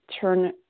turn